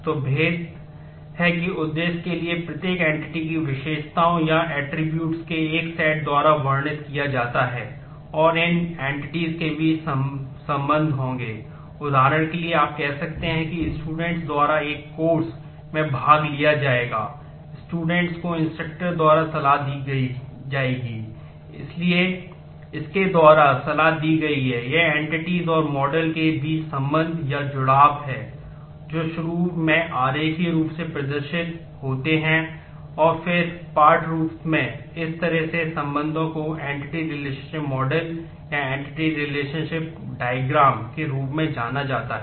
तो भेद के उद्देश्य के लिए प्रत्येक एन्टीटी के रूप में जाना जाता है